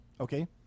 okay